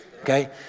Okay